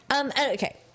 Okay